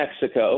Mexico